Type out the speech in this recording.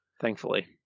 Thankfully